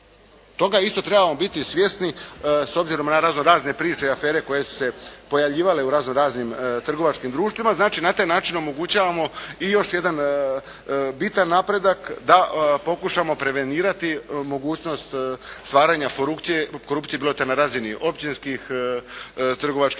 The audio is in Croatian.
Toga isto trebamo biti svjesni s obzirom na razno-razne priče i afere koje su se pojavljivale u razno-raznim trgovačkim društvima. Znači, na taj način omogućavamo i još jedan bitan napredak da pokušamo prevenirati mogućnost stvaranja korupcije bilo to na razini općinskih, trgovačkih društava,